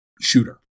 shooter